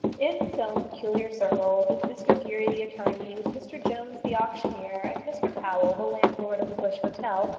in his own peculiar circle, with mr geary the attorney, with mr jones the auctioneer, and mr powell, the landlord of the bush hotel,